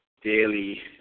daily